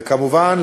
וכמובן,